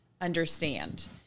understand